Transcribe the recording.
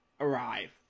arrive